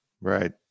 right